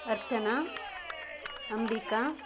Archana Ambika